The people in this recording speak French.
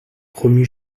promu